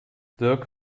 dirk